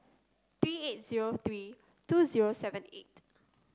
three eight zero three two zero seven eight